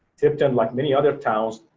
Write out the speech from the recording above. tipton, like many other towns,